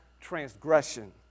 transgression